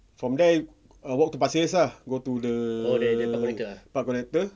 from there walk to pasir ah ah go to the park connector